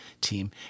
team